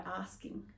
asking